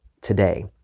today